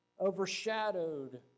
overshadowed